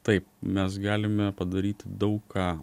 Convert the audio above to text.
taip mes galime padaryti daug ką